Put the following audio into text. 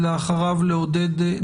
זאב לב לא איתנו.